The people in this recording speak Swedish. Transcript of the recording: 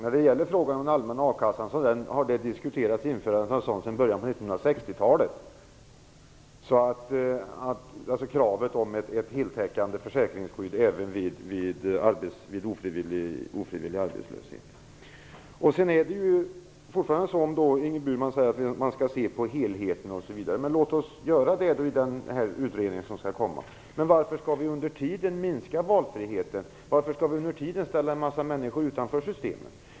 Införande av en allmän kassa, alltså krav på ett heltäckande försäkringsskydd även vid ofrivillig arbetslöshet, har diskuterats sedan början av 1960-talet. Ingrid Burman säger att man skall se på helheten. Låt oss göra det i den utredning som skall komma. Varför skall vi under tiden minska valfriheten? Varför skall vi under tiden ställa människor utanför systemet?